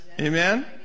Amen